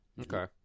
Okay